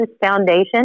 Foundation